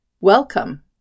Welcome